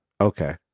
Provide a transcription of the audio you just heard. Okay